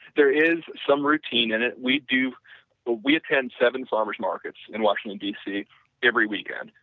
there is some routine and we do we attend seven farmers' markets in washington dc every weekend,